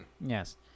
Yes